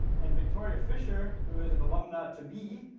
and victoria fisher who is an alumna to be,